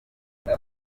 ibi